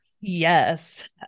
Yes